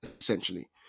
essentially